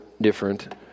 different